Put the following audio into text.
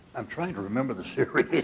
i'm trying to remember the series